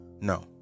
No